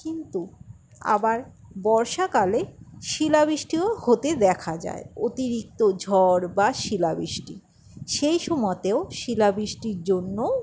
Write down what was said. কিন্তু আবার বর্ষাকালে শিলাবৃষ্টিও হতে দেখা যায় অতিরিক্ত ঝড় বা শিলাবৃষ্টি সেই সময়তেও শিলাবৃষ্টির জন্য